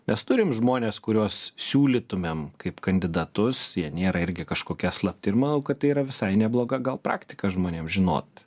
mes turim žmones kuriuos siūlytumėm kaip kandidatus jie nėra irgi kažkokie slapti ir manau kad tai yra visai nebloga gal praktika žmonėm žinot